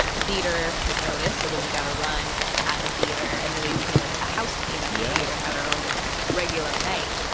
the theater took notice. so then we got a run at the theater. and then we became, like, a house team at the yeah theater and had our own regular night.